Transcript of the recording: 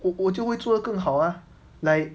我我就会做得更好 ah like